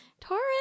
Taurus